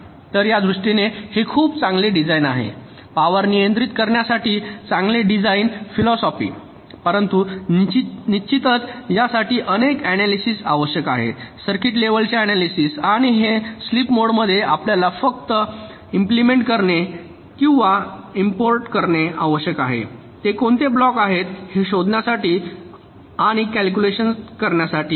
तर त्या दृष्टीने हे खूप चांगले डिझाइन आहे पॉवर नियंत्रित करण्यासाठी चांगले डिझाइन फिलॉसॉपी परंतु निश्चितच यासाठी बरेच ऍनालीसिस आवश्यक आहे सर्किट लेवलचे ऍनालीसिस आणि हे स्लीप मोडमध्ये आपल्याला फक्त इम्पलिमेन्ट करणे किंवा इनकॉर्पोरेट करणे आवश्यक आहे ते कोणते ब्लॉक आहेत हे शोधण्यासाठी आणि कॅल्युलेशन करण्यासाठी आहेत